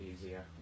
easier